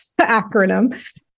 acronym